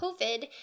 COVID